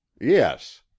yes